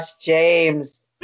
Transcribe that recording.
James